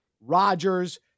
Rodgers